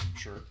Sure